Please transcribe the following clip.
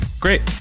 Great